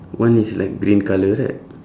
one is like green colour right